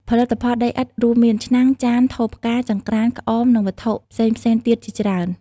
ផលិតផលដីឥដ្ឋរួមមាន ឆ្នាំង ចាន ថូផ្កា ចង្រ្កាន ក្អម និងវត្ថុផ្សេងៗទៀតជាច្រើន។